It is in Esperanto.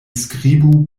skribu